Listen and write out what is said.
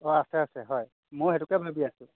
অ আছে আছে হয় ময়ো সেইটোকে ভাবি আছোঁ